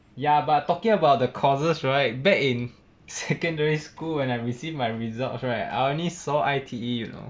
ya but talking about the courses right back in secondary school when I received my results right I only saw I_T_E